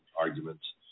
arguments